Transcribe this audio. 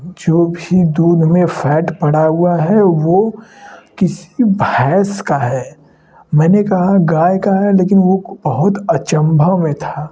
जो भी दूध में फैट पड़ा हुआ है वह किसी भैंस का है मैंने कहा गाय का है लेकिन वह बहुत अचम्भा में था